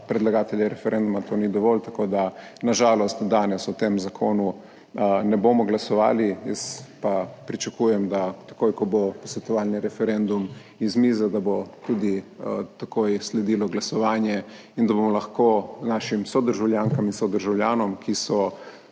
predlagatelja referenduma to ni dovolj, tako da na žalost danes o tem zakonu ne bomo glasovali. Jaz pa pričakujem, da takoj, ko bo posvetovalni referendum z mize, da bo tudi takoj sledilo glasovanje in da bomo lahko našim sodržavljankam in sodržavljanom, ki so